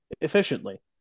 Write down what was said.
efficiently